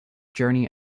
journey